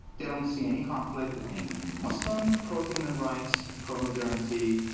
they don't see any conflict between muslim pro-human rights, pro-modernity,